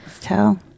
Tell